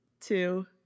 two